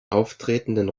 auftretenden